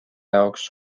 jaoks